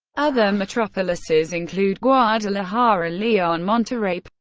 other metropolises include guadalajara, leon, monterrey, but